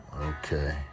Okay